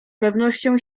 pewnością